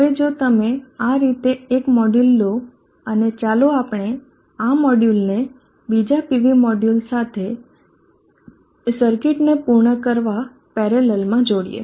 હવે જો તમે આ રીતે એક મોડ્યુલ લો અને ચાલો આપણે આ મોડ્યુલને બીજા PV મોડ્યુલ સાથે સર્કિટને પૂર્ણ કરવા પેરેલલ માં જોડીયે